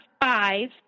five